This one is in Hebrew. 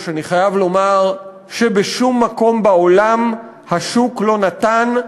אני חייב לומר שבשום מקום בעולם השוק לא נתן,